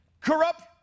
Corrupt